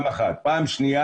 שנית,